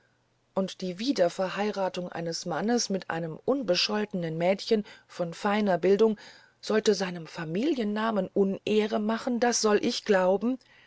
und die wiederverheiratung eines mannes mit einem unbescholtenen mädchen von feiner bildung sollte seinem familiennamen unehre machen das soll ich glauben